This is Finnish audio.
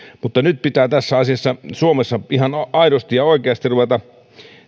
mutta nyt pitää tässä asiassa suomessa ihan aidosti ja oikeasti ruveta